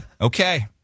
Okay